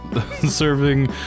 serving